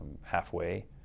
halfway